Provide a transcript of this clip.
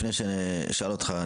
לפני שאני אשאל אותך,